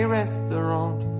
restaurant